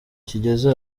kigeze